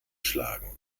schlagen